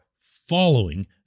following